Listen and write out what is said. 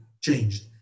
changed